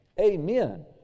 Amen